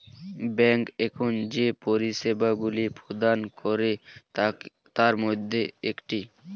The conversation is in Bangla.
ব্যাংক এখন যে পরিষেবাগুলি প্রদান করে তার মধ্যে একটি